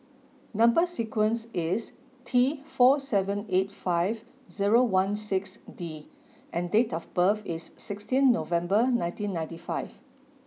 number sequence is T four seven eight five zero one six D and date of birth is sixteen November nineteen ninety five